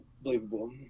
unbelievable